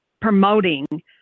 promoting